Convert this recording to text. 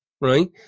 right